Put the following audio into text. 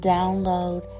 Download